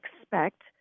expect